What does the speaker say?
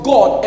God